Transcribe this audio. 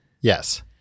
Yes